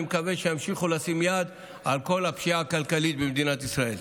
אני מקווה שימשיכו לשים יד על כל הפשיעה הכלכלית במדינת ישראל.